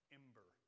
ember